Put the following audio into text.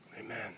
Amen